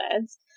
beds